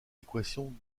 équation